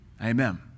Amen